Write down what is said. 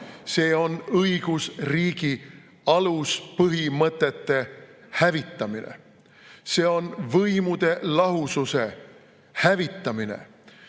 See on õigusriigi aluspõhimõtete hävitamine. See on võimude lahususe hävitamine. Küsimus